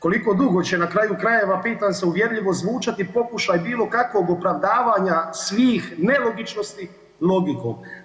Koliko dugo će na kraju krajeva pitam se uvjerljivo zvučati pokušaj bilo kakvog opravdavanja svih nelogičnosti logikom?